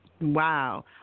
Wow